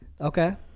Okay